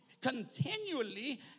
continually